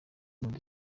melody